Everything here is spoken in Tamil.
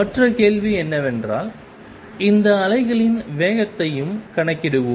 மற்ற கேள்வி என்னவென்றால் இந்த அலைகளின் வேகத்தையும் கணக்கிடுவோம்